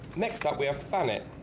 next up we have thanet.